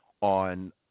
on